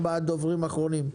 ארבעה דוברים אחרונים.